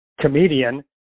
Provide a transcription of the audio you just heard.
comedian